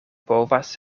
povas